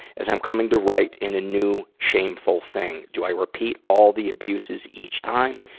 as i'm coming to write in a new, shameful thing. do i repeat all the abuses each time,